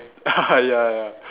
ya ya